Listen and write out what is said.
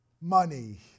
money